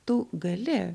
tu gali